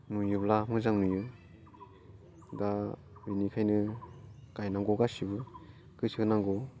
नुयोब्ला मोजां नुयो दा बिनिखायनो गायनांगौ गासैबो गोसो होनांगौ